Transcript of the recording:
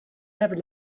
never